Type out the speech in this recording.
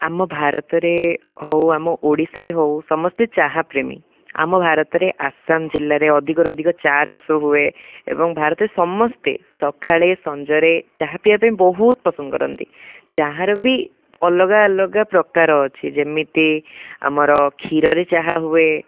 ଆମ ଭାରତରେ ହଉ ଆମ ଓଡ଼ିଶାରେ ହଉ ସମସ୍ତେ ଚାହା ପ୍ରେମୀ ଆମ ଭାରତରେ ଆସାମ ଜିଲ୍ଲାରେ ଅଧିକରୁ ଅଧିକ ଚାହା ଚାଷ ହୁଏ ଏବଂ ଭାରତରେ ସମସ୍ତେ ସକାଳେ ସଞ୍ଜରେ ଚାହା ପିଇବା ପାଇଁ ବହୁତ ପସନ୍ଦ କରନ୍ତି ଚାହାର ବି ଅଲଗା ଅଲଗା ପ୍ରକାର ଅଛି ଯେମିତି ଆମର କ୍ଷୀରରେ ଚାହା ହୁଏ